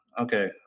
Okay